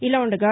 ఇలా ఉండగా